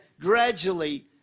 gradually